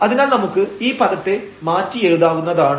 അതിനാൽ നമുക്ക് ഈ പദത്തെ മാറ്റി എഴുതാവുന്നതാണ്